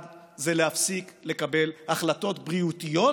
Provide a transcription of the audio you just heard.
להפסיק לקבל החלטות בריאותיות